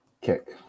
kick